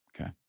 Okay